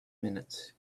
minutes